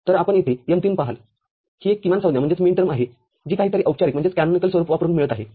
तर आपण येथे m ३ पहाल ही एक किमान संज्ञा आहेजी काहीतरी औपचारिक स्वरूप वापरून मिळत आहे